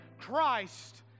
Christ